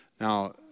Now